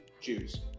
Jews